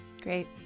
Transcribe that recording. Great